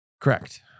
Correct